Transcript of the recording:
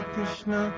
Krishna